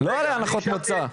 לא על הנחות מוצא.